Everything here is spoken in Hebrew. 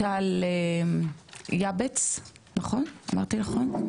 תודה לגדעון זעירא,